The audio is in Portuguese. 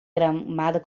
gramada